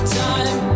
time